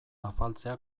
afaltzea